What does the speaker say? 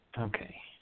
Okay